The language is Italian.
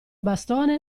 bastone